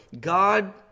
God